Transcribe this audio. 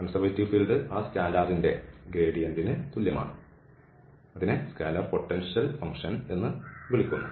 conservative field ആ സ്കെയിലറിന്റെ ഗ്രേഡിയന്റിന് തുല്യമാണ് അതിനെ പൊട്ടൻഷ്യൽ ഫങ്ക്ഷൻ എന്നു വിളിക്കുന്നു